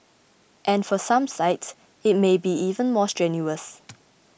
and for some sites it may be even more strenuous